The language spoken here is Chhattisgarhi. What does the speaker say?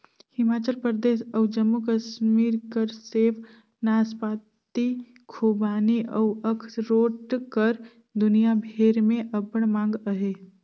हिमाचल परदेस अउ जम्मू कस्मीर कर सेव, नासपाती, खूबानी अउ अखरोट कर दुनियां भेर में अब्बड़ मांग अहे